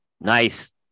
Nice